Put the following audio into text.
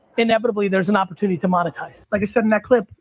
inevitably there's an opportunity to monetize. like i said in that clip,